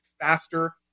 faster